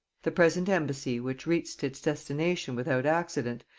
the present embassy, which reached its destination without accident,